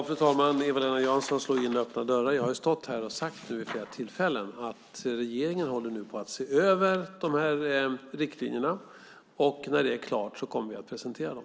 Fru talman! Eva-Lena Jansson slår in öppna dörrar. Jag har stått här och vid flera tillfällen sagt att regeringen håller på att se över riktlinjerna. När det är klart kommer vi att presentera dem.